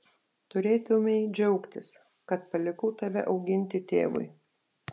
turėtumei džiaugtis kad palikau tave auginti tėvui